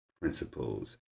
principles